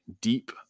deep